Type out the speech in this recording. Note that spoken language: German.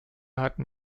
hatten